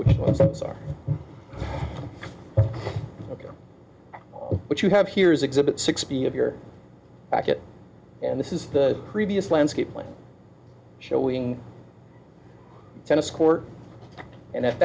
which ones are ok what you have here is exhibit sixty of your packet and this is the previous landscape one showing a tennis court and at